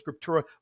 scriptura